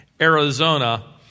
Arizona